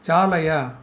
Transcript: चालय